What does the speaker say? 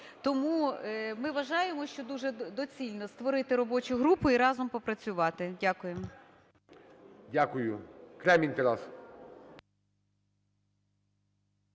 Тому ми вважаємо, що дуже доцільно створити робочу групу і разом попрацювати. Дякую. ГОЛОВУЮЧИЙ. Дякую. Кремінь Тарас.